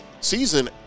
season